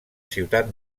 ciutat